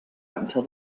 until